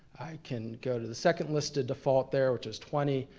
i can go to the second listed default there, which is twenty,